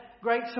great